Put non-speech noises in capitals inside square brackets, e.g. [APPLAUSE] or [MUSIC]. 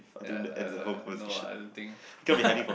uh uh no ah I don't think [LAUGHS]